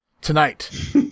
tonight